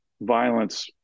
violence